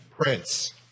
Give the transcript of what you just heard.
prince